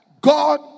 God